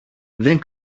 δεν